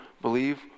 believe